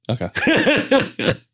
Okay